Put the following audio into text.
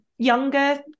younger